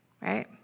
right